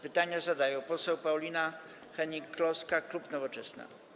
Pytania zada poseł Paulina Hennig-Kloska, klub Nowoczesna.